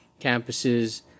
campuses